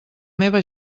meva